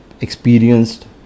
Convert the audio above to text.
experienced